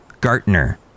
Gartner